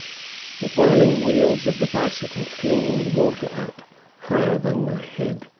the whirling wheels of the bicycle flinging the water up higher than my head.